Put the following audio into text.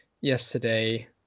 yesterday